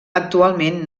actualment